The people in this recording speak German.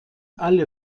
alle